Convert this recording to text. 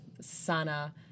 Sana